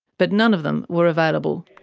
but none of them were available.